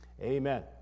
Amen